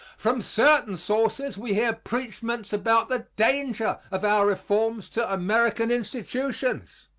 from certain sources we hear preachments about the danger of our reforms to american institutions.